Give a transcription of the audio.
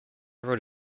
wrote